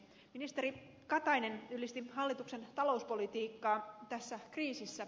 ministeri katainen ylisti hallituksen talouspolitiikkaa tässä kriisissä